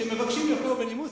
כשמבקשים יפה ובנימוס,